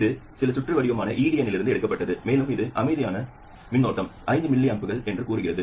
இது சில சுற்று வடிவமான EDN இலிருந்து எடுக்கப்பட்டது மேலும் இது அமைதியான மின்னோட்டம் ஐந்து மில்லியம்ப்கள் என்று கூறுகிறது